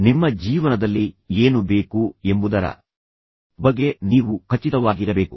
ಆದರೆಃ ನಿಮ್ಮ ಜೀವನದಲ್ಲಿ ನಿಮಗೆ ಏನು ಬೇಕು ಎಂಬುದರ ಬಗ್ಗೆ ನೀವು ಖಚಿತವಾಗಿರಬೇಕು